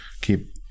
keep